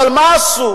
אבל מה עשו?